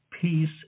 Peace